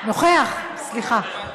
נוכח, סליחה.